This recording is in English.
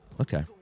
Okay